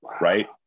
Right